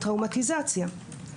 טראומתיזציה.